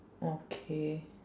okay